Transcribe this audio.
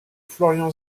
florian